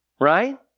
right